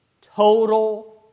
Total